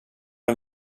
den